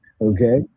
Okay